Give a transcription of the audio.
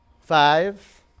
Five